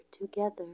together